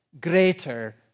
greater